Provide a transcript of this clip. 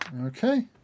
Okay